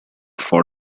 for